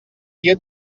dia